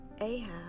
Ahab